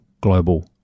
global